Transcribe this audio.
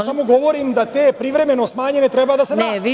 Samo govorim da te privremeno smanjene treba da se vrate.